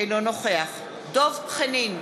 אינו נוכח דב חנין,